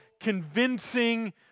convincing